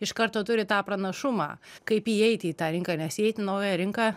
iš karto turi tą pranašumą kaip įeiti į tą rinką nes įeit į naują rinką